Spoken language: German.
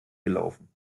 gelaufen